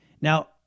Now